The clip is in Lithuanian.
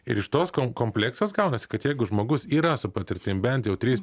ir iš tos kom kompleksijos gaunasi kad jeigu žmogus yra su patirtim bent jau trys